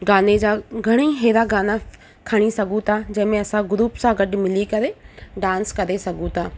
गाने जा घणेई अहिड़ा गाना खणी सघूं था जंहिंमें असां ग्रूप सां गॾु मिली करे डांस करे सघूं था